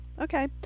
Okay